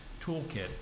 toolkit